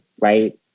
right